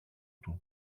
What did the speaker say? του